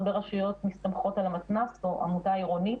הרבה רשויות מסתמכות על המתנ"ס או עמותה עירונית